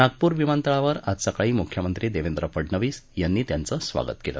नागपूर विमानतळावर आज सकाळी मुख्यमंत्री देवेंद्र फडणवीस यांनी त्यांचं स्वागत केलं